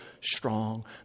strong